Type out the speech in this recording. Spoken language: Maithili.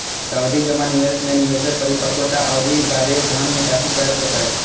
सावधि जमा निवेश मे निवेशक परिपक्वता अवधिक बादे धन निकासी कैर सकैए